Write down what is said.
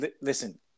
Listen